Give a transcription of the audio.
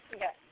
Yes